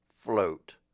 Float